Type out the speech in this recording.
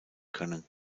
können